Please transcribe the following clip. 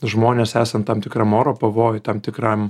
žmones esant tam tikram oro pavojui tam tikram